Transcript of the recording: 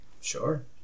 sure